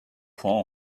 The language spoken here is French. points